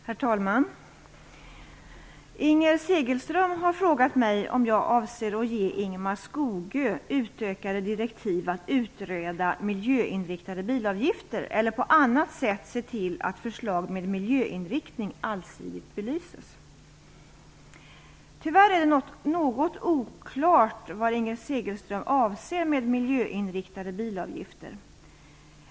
Herr talman! Inger Segelström har frågat mig om jag avser att ge Ingemar Skogö utökade direktiv att utreda miljöinriktade bilavgifter eller på annat sätt se till att förslag med miljöinriktning allsidigt belyses. Tyvärr är det något oklart vad Inger Segelström avser med miljöinriktade bilavgifter.